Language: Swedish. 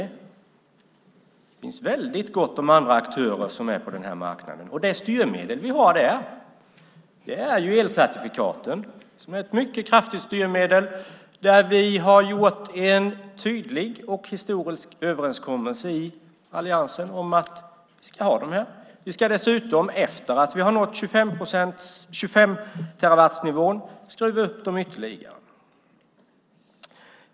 Det finns väldigt gott om andra aktörer på denna marknad. De styrmedel som vi har är elcertifikaten som är ett mycket kraftigt styrmedel. Där har vi gjort en tydlig och historisk överenskommelse i alliansen om att vi ska ha dem. Vi ska dessutom efter att vi har nått 25-terawattsnivån skruva upp dem ytterligare.